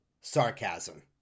sarcasm